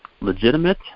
legitimate